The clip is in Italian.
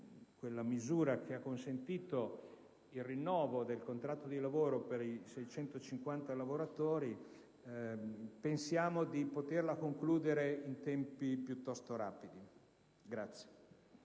alla misura che ha consentito il rinnovo del contratto di lavoro per i 650 lavoratori, pensiamo di poterla concludere in tempi piuttosto rapidi.